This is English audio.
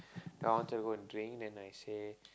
I wanted to go and drink then I say